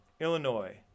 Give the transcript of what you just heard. Illinois